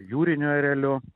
jūriniu ereliu